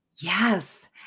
Yes